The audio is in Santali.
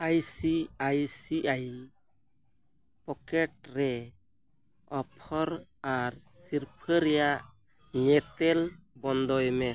I C I C I pockets ᱨᱮ ᱚᱯᱷᱟᱨ ᱟᱨ ᱥᱤᱨᱯᱷᱟᱹ ᱨᱮᱭᱟᱜ ᱧᱮᱛᱮᱞ ᱵᱚᱱᱫᱚᱭ ᱢᱮ